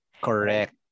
Correct